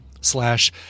slash